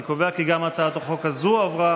אני קובע כי גם הצעת החוק הזו עברה,